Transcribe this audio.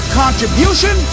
contribution